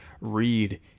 read